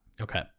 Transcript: Okay